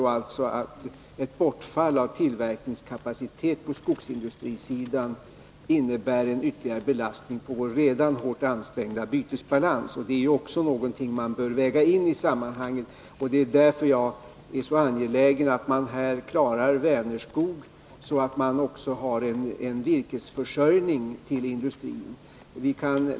Ett bortfall av tillverkningskapacitet hos skogsindustrisidan innebär alltså en ytterligare belastning på vår redan hårt ansträngda bytesbalans. Det är också någonting som man bör väga in i sammanhanget. Det är därför jag är så angelägen att man klarar Vänerskog, så att man har en virkesförsörjning till industrin.